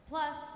Plus